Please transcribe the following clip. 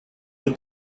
the